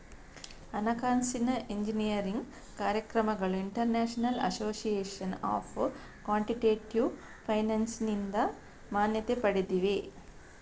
ಹಣಕಾಸಿನ ಎಂಜಿನಿಯರಿಂಗ್ ಕಾರ್ಯಕ್ರಮಗಳು international association of quantitative ಫೈನಾನ್ಸಿನಿಂದ ಮಾನ್ಯತೆ ಪಡೆದಿವೆ